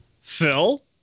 Phil